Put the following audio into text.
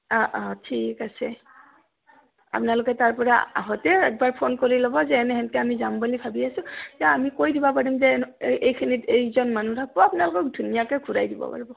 অ' অ' ঠিক আছে আপোনালোকে তাৰপৰা আহোঁতে একবাৰ ফোন কৰি ল'ব যে এনেহেনকৈ আমি যাম বুলি ভাবি আছো তেতিয়া আমি কৈ দিব পাৰিম যে এইখিনিত এইজন মানুহ থাকিব আপোনালোকক ধুনীয়াকৈ ঘূৰাই দিব পাৰিব